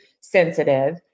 sensitive